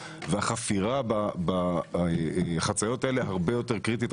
וחפירה בחציות האלה הרבה יותר קריטית,